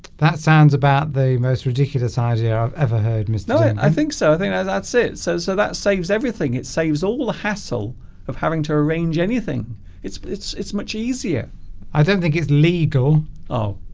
that sounds about the most ridiculous idea i've ever heard miss lillian i think so i think that's that's it so so that saves everything it saves all the hassle of having to arrange anything it's it's it's much easier i don't think it's legal oh